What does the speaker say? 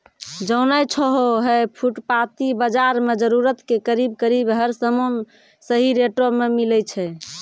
जानै छौ है फुटपाती बाजार मॅ जरूरत के करीब करीब हर सामान सही रेटो मॅ मिलै छै